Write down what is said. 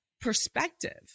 perspective